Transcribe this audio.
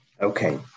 Okay